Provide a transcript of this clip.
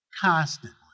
constantly